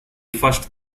first